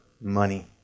money